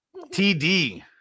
TD